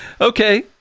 Okay